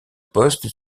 poste